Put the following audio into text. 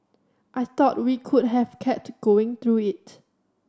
I thought we could have kept going through it